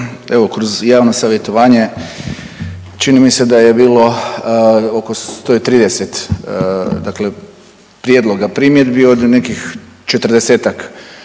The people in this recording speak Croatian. kroz javno savjetovanje čini mi se da je bilo oko 130 dakle prijedloga i primjedbi od nekih 40-tak